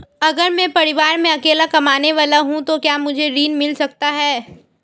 अगर मैं परिवार में अकेला कमाने वाला हूँ तो क्या मुझे ऋण मिल सकता है?